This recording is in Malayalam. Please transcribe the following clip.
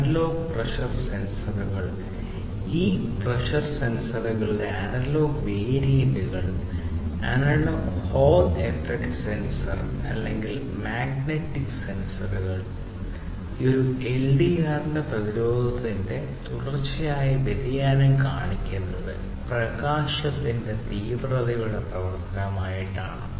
അനലോഗ് സെൻസറുകൾ അതിന്റെ പ്രതിരോധത്തിൽ തുടർച്ചയായ വ്യതിയാനം കാണിക്കുന്നത് പ്രകാശത്തിന്റെ തീവ്രതയുടെ പ്രവർത്തനമായിട്ടാണ്